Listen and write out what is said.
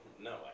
no